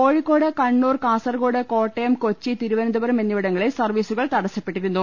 കോഴിക്കോട് കണ്ണൂർ കാസർകോട് കോട്ടയം കൊച്ചി തിരുവനന്തപുരം എന്നിവിടങ്ങളിൽ സർവീസുകൾ തടസ്സപ്പെട്ടിരുന്നു